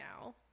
now